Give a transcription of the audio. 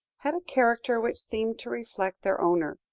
had a character which seemed to reflect their owner.